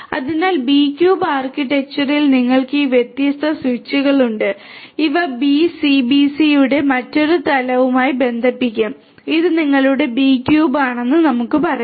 അതിനാൽ B cube ആർക്കിടെക്ചറിൽ നിങ്ങൾക്ക് ഈ വ്യത്യസ്ത സ്വിച്ചുകളുണ്ട് ഇവ BCBC യുടെ മറ്റൊരു തലവുമായി ബന്ധിപ്പിക്കും ഇത് നിങ്ങളുടെ B ക്യൂബ് 0 ആണെന്ന് നമുക്ക് പറയാം